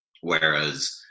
whereas